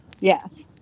Yes